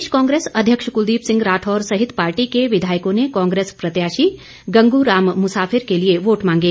प्रदेश कांग्रेस अध्यक्ष कुलदीप सिंह राठौर सहित पार्टी के विधायकों ने कांग्रेस प्रत्याशी गंगू राम मुसाफिर के लिए वोट मांगे